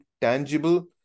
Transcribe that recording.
tangible